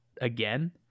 again